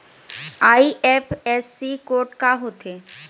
IFSC code का होथे?